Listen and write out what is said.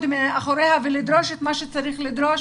מאחוריה ולדרוש את מה שצריך לדרוש,